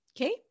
Okay